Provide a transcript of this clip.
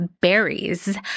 berries